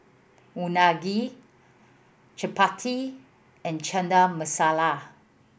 Unagi Chapati and Chana Masala